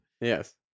yes